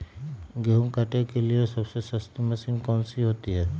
गेंहू काटने के लिए सबसे सस्ती मशीन कौन सी होती है?